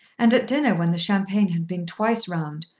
and at dinner, when the champagne had been twice round,